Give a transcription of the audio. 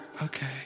Okay